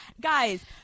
Guys